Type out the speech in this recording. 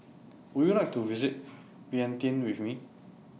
Would YOU like to visit Vientiane with Me